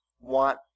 want